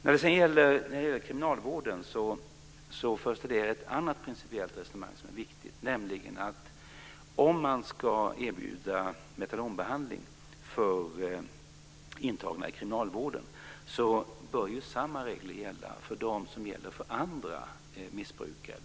När det sedan gäller kriminalvården förs det ett annat principiellt resonemang som är viktigt, nämligen att om man ska erbjuda metadonbehandling för intagna i kriminalvården bör samma regler gälla för dem som för andra missbrukare.